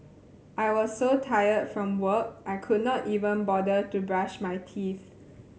I was so tired from work I could not even bother to brush my teeth